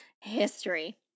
history